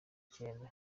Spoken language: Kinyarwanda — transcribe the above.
kenda